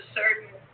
certain